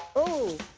oh,